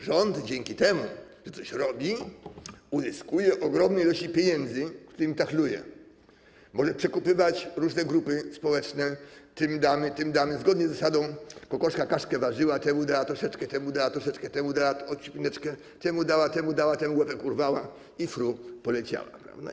Rząd dzięki temu, że coś robi, uzyskuje ogromne ilości pieniędzy, którymi manipuluje, może przekupywać różne grupy społeczne - tym damy, tym damy, zgodnie z zasadą: kokoszka kaszkę warzyła, temu dała troszeczkę, temu dała troszeczkę, temu dała ociupineczkę, temu dała, temu dała, temu łepek urwała i fru - poleciała, prawda.